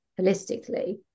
holistically